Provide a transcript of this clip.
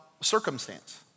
circumstance